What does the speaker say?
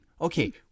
Okay